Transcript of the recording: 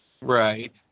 Right